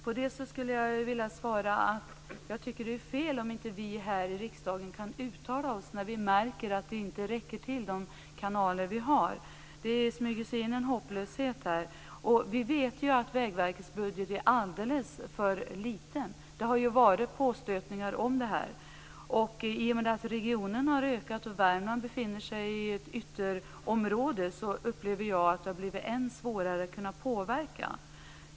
Fru talman! På det vill jag svara att jag tycker att det är fel om vi här i riksdagen inte kan uttala oss när vi märker att de kanaler vi har inte räcker till. Det smyger sig in en hopplöshet här. Vi vet att Vägverkets budget är alldeles för liten. Det har gjorts påstötningar om det. I och med att regionen har ökat och Värmland befinner sig i ett ytterområde upplever jag att det har blivit än svårare att kunna påverka.